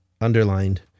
underlined